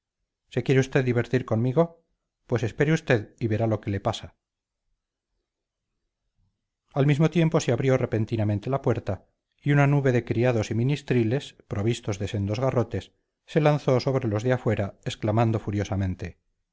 se quiere usted divertir conmigo pues espere usted y verá lo que le pasa al mismo tiempo se abrió repentinamente la puerta y una nube de criados y ministriles provistos de sendos garrotes se lanzó sobre los de afuera exclamando furiosamente